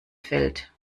fällt